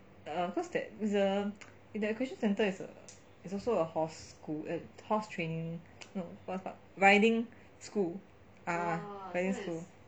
er cause that it's err that christian centre is it's also a horse school a horse training no what's up riding school ah riding school